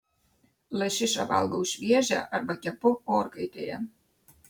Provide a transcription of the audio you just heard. lašišą valgau šviežią arba kepu orkaitėje